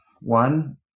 one